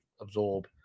absorb